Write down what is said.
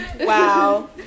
Wow